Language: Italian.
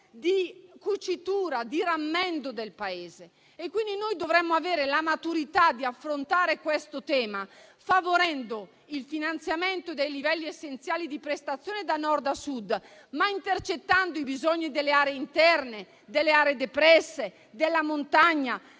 di cucitura e rammendo del Paese. Dovremo quindi avere la maturità di affrontare questo tema, favorendo il finanziamento dei livelli essenziali delle prestazioni da Nord a Sud, ma intercettando i bisogni delle aree interne e depresse, della montagna